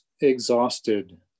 exhausted